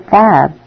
five